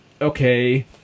Okay